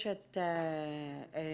אוקיי.